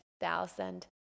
thousand